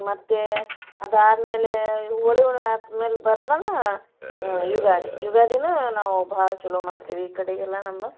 ಮತ್ತೆ ಅದು ಆದ್ಮೇಲೆ ಹೋಳಿ ಹುಣ್ಣಿಮೆ ಆದ್ಮೇಲೆ ಬರೋದನ ಯುಗಾದಿ ಯುಗಾದಿನೆ ನಾವು ಭಾಳ ಚಲೋ ಮಾಡ್ತೀವಿ ಈ ಕಡೆಗೆಲ್ಲ ನಮ್ಮ